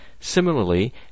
Similarly